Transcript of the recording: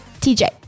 TJ